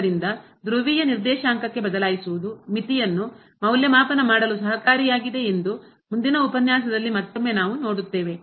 ಆದ್ದರಿಂದ ಧ್ರುವೀಯ ನಿರ್ದೇಶಾಂಕಕ್ಕೆ ಬದಲಾಯಿಸುವುದು ಮಿತಿಯನ್ನು ಮೌಲ್ಯಮಾಪನ ಮಾಡಲು ಸಹಕಾರಿಯಾಗಿದೆ ಎಂದು ಮುಂದಿನ ಉಪನ್ಯಾಸದಲ್ಲಿ ಮತ್ತೊಮ್ಮೆ ನಾವು ನೋಡುತ್ತೇವೆ